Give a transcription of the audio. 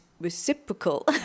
reciprocal